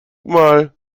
mal